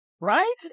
Right